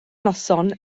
noson